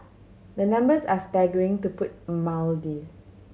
the numbers are staggering to put